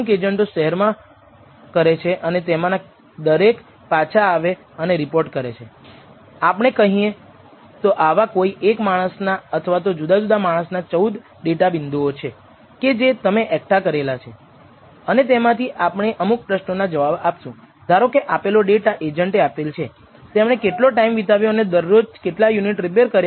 degrees of freedom 12 કેમ છે કારણ કે તમારી પાસે આ વિશેષ ઉદાહરણમાં આપણી પાસે ચૌદ પોઇન્ટ છે અને આપણે બે પરિમાણોનો અંદાજ કાઢવા માટે બે પોઇન્ટનો ઉપયોગ કર્યો છે